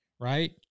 right